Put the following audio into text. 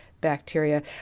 bacteria